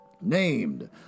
Named